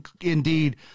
indeed